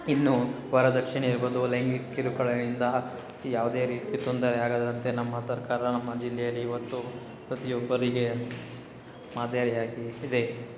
ಇನ್ನು ವರದಕ್ಷಿಣೆ ಒಂದು ಲೈಂಗಿಕ ಕಿರುಕುಳದಿಂದ ಯಾವುದೇ ರೀತಿ ತೊಂದರೆ ಆಗದಂತೆ ನಮ್ಮ ಸರ್ಕಾರ ನಮ್ಮ ಜಿಲ್ಲೆಯಲ್ಲಿ ಇವತ್ತು ಪ್ರತಿಯೊಬ್ಬರಿಗೆ ಮಾದರಿಯಾಗಿ ಇದೆ